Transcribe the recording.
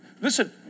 Listen